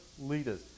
leaders